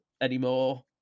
anymore